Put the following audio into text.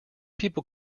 people